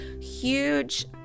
huge